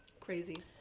Crazy